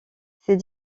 ses